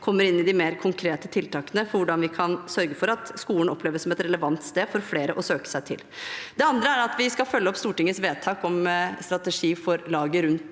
kommer inn på de mer konkrete tiltakene for hvordan vi kan sørge for at skolen oppleves som et relevant sted for flere å søke seg til. Det andre er at vi skal følge opp Stortingets vedtak om en strategi for laget rundt